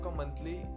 monthly